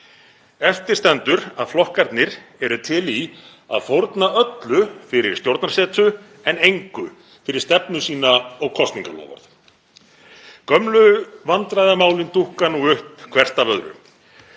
Eftir stendur að flokkarnir eru til í að fórna öllu fyrir stjórnarsetu en engu fyrir stefnu sína og kosningaloforð. Gömlu vandræðamálin dúkka upp hvert af öðru,